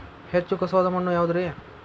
ಹೆಚ್ಚು ಖಸುವಾದ ಮಣ್ಣು ಯಾವುದು ರಿ?